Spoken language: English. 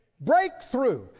breakthrough